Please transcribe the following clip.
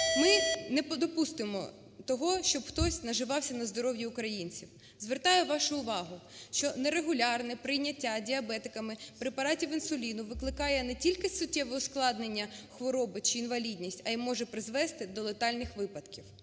Ми не допустимо того, щоб хтось наживався на здоров'ї українців. Звертаю вашу увагу, що нерегулярне прийняття діабетиками препаратів інсуліну викликає не тільки суттєві ускладнення хвороби чи інвалідність, а й може призвести до летальних випадків.